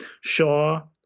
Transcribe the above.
Shaw